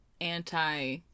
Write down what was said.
anti